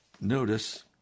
Notice